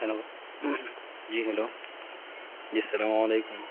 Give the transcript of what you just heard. hello ji hello ji السلام علیکم